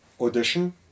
audition